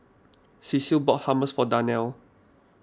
Cecil bought Hummus for Darnell